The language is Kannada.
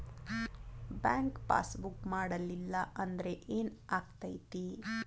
ಬ್ಯಾಂಕ್ ಪಾಸ್ ಬುಕ್ ಮಾಡಲಿಲ್ಲ ಅಂದ್ರೆ ಏನ್ ಆಗ್ತೈತಿ?